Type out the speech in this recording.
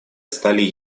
стали